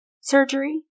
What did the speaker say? surgery